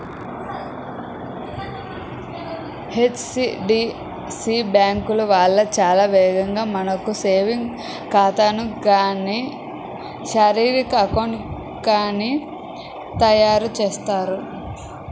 HDFC bank వాళ్ళు చాలా వేగంగా మనకు సేవింగ్స్ ఖాతాని గానీ శాలరీ అకౌంట్ ని గానీ తెరుస్తారు